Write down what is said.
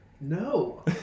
No